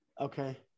okay